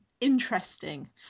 interesting